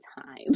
time